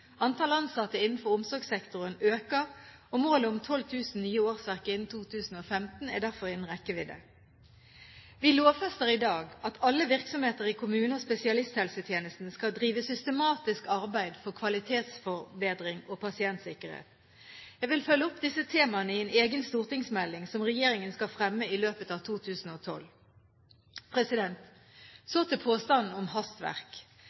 Antall ansatte innenfor omsorgssektoren øker, og målet om 12 000 nye årsverk innen 2015 er derfor innen rekkevidde. Vi lovfester i dag at alle virksomheter i kommune- og spesialisthelsetjenesten skal drive systematisk arbeid for kvalitetsforbedring og pasientsikkerhet. Jeg vil følge opp disse temaene i egen stortingsmelding, som regjeringen skal fremme i løpet av 2012. Så til påstanden om hastverk.